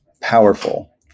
powerful